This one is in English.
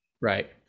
Right